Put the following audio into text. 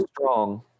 strong